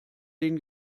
den